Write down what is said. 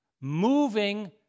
moving